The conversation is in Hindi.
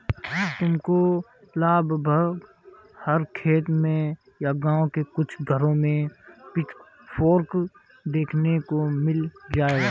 तुमको लगभग हर खेत में या गाँव के कुछ घरों में पिचफोर्क देखने को मिल जाएगा